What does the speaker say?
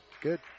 Good